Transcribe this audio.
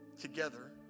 together